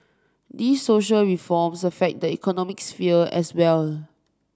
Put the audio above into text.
these social reforms affect the economic sphere as well